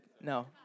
No